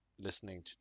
listening